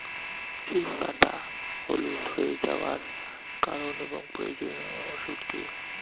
সিম পাতা হলুদ হয়ে যাওয়ার কারণ এবং প্রয়োজনীয় ওষুধ কি?